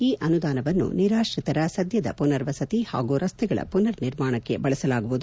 ಈ ಅನುದಾನವನ್ನು ನಿರಾತ್ರಿತರ ಸದ್ಯದ ಪುನರ್ವಸತಿ ಹಾಗೂ ರಸ್ತೆಗಳ ಪುನರ್ ನಿರ್ಮಾಣಕ್ಕೆ ಬಳಸಲಾಗುವುದು